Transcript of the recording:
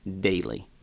daily